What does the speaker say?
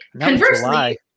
Conversely